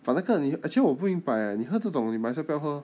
but 那个 actually 我不明白 eh 你喝这种你 might as well 不要喝